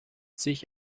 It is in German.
sich